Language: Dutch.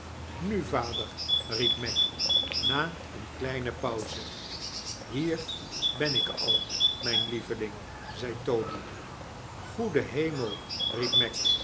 nu vader v riep meg na eene kleine pauze hie r ben ik al mijn lieveling i zei toby goede hiemel